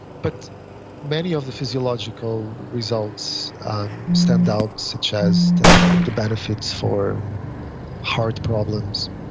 but many of the physiological results stand out such as the the benefits for heart problems.